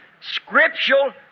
scriptural